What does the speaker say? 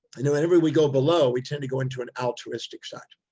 and whenever we go below, we tend to go into an altruistic side.